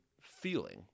feeling